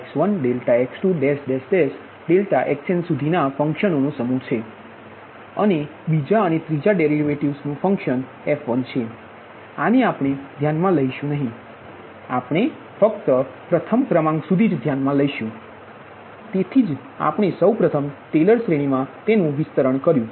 ∆xnસુધી ના ફંક્શન ઓ નો સમૂહ છે અને બીજા અને ત્રીજા ડેરિવેટિવ્ઝનુ ફંક્શન f1 છે આને આપણે ધ્યાનમાં લઇશુ નહીં આપણે ફક્ત પ્રથમ ક્રમાક સુધી જ ધ્યાનમાં લઈશું તેથી જ આપણે સૌ પ્રથમ ટેલર શ્રેણીમાં વિસ્તરણ કર્યું